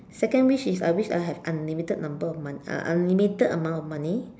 second wish is I wish I have unlimited number of mon~ uh uh unlimited amount of money